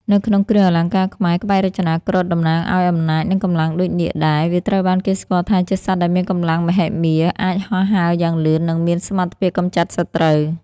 នៅក្នុងគ្រឿងអលង្ការខ្មែរ ក្បាច់រចនាគ្រុឌតំណាងឱ្យអំណាច និងកម្លាំងដូចនាគដែរ វាត្រូវបានគេស្គាល់ថាជាសត្វដែលមានកម្លាំងមហិមា អាចហោះហើរយ៉ាងលឿន និងមានសមត្ថភាពកម្ចាត់សត្រូវ។